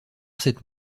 cette